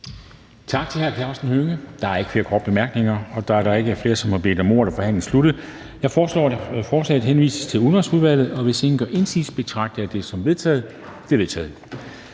Tak til hr. Karsten Hønge. Der er ikke flere korte bemærkninger. Da der ikke er flere, som har bedt om ordet, er forhandlingen sluttet. Jeg foreslår, at forslaget til folketingsbeslutning henvises til Udenrigsudvalget, og hvis ingen gør indsigelse, betragter jeg det som vedtaget. Det er vedtaget.